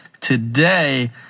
today